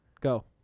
Go